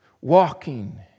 walking